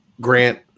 Grant